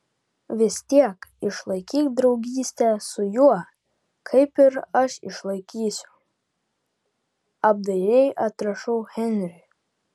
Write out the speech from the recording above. vis tiek išlaikyk draugystę su juo kaip ir aš išlaikysiu apdairiai atrašau henriui